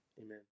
Amen